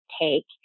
take